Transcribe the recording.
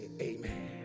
amen